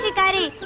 ah daddy,